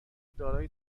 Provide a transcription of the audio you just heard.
دارای